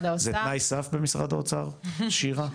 זה תנאי סף במשרד האוצר שירה?